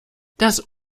das